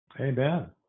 amen